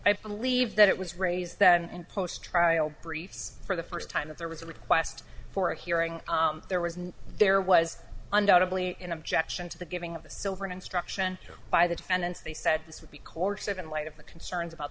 i believe that it was raise that and post trial briefs for the first time if there was a request for a hearing there was no there was undoubtably in objection to the giving of the silver instruction by the defendants they said this would be course if in light of the concerns about